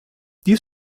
dies